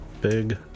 Big